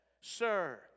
Sir